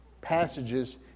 passages